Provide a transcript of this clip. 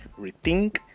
rethink